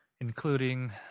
including